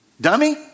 Dummy